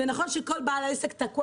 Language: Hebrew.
ונכון שכל בעל עסק תקוע